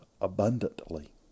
abundantly